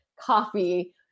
coffee